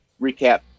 recap